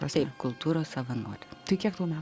pasai kultūros savanorių tai kiek tau me